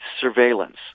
surveillance